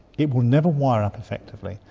it will never wire up effectively.